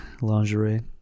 lingerie